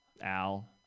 Al